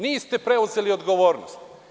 Niste preuzeli odgovornost.